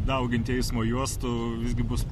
dauginti eismo juostų visgi bus